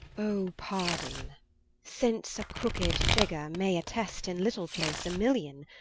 o pardon since a crooked figure may attest in little place a million,